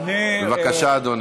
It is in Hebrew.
בבקשה, אדוני.